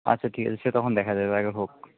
আচ্ছা ঠিক আছে সে তখন দেখা যাবে আগে হোক